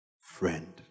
friend